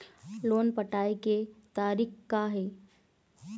Loan पटाए के तारीख़ का हे?